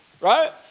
Right